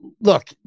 look